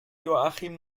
joachim